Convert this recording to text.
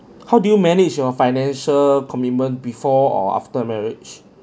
how do you manage your financial commitment before or after marriage